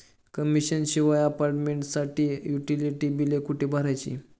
Commission शिवाय अपार्टमेंटसाठी utility बिले कुठे भरायची?